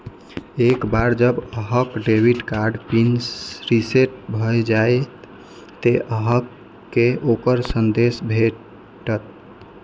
एक बेर जब अहांक डेबिट कार्ड पिन रीसेट भए जाएत, ते अहांक कें ओकर संदेश भेटत